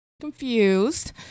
confused